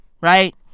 Right